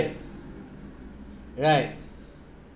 right